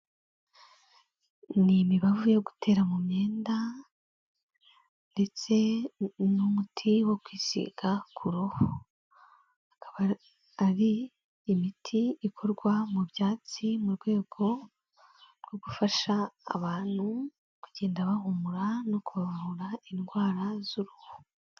Ni imibavu yo gutera mu myenda ndetse ni umuti wo kwisiga ku ruhu, akaba ari imiti ikorwa mu byatsi mu rwego rwo gufasha abantu kugenda bahumura no kubavura indwara z'uruhu.